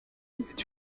est